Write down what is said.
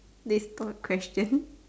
distort question